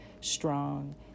strong